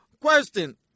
question